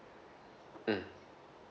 mm